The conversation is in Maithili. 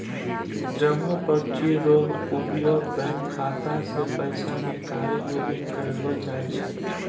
जमा पर्ची रो उपयोग बैंक खाता से पैसा निकाले लेली करलो जाय छै